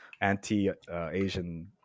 anti-Asian